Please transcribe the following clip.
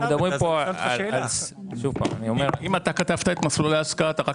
אתה כתבת את מסלולי ההשקעה אתה רק